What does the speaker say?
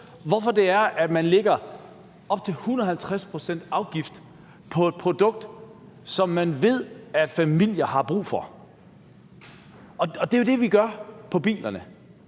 forstå, at man lægger op til 150 pct. afgift på et produkt, som man ved familier har brug for. Det er jo det, vi gør på bilerne.